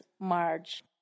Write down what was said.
Marge